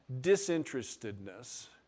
disinterestedness